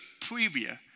previous